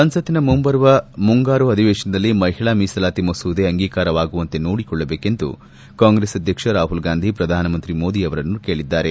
ಸಂಸತ್ತಿನ ಮುಂಬರುವ ಮುಂಗಾರು ಅಧಿವೇಶನದಲ್ಲಿ ಮಹಿಳಾ ಮೀಸಲಾತಿ ಮಸೂದೆ ಅಂಗೀಕಾರವಾಗುವಂತೆ ನೋಡಿಕೊಳ್ಳಬೇಕೆಂದು ಕಾಂಗ್ರೆಸ್ ಅಧ್ಯಕ್ಷ ರಾಹುಲ್ ಗಾಂಧಿ ಪ್ರಧಾನಮಂತ್ರಿ ಮೋದಿ ಅವರನ್ನು ಕೇಳಿದ್ದಾರೆ